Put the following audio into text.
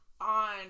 on